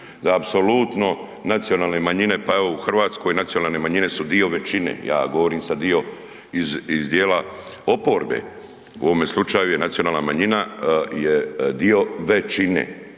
da apsolutno nacionalne manjine, pa evo i u Hrvatskoj nacionalne manjine su dio većine, ja govorim sad dio iz dijela oporbe, u ovome slučaju je nacionalna manjina je dio većine.